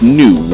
new